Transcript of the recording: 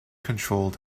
controlled